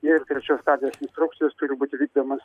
ir trečios stadijos instrukcijos turi būti vykdomos